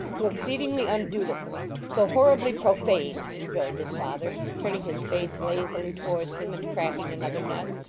so exceedingly undutiful, so horribly profane rejoined his father, turning his face lazily towards him, and cracking another nut,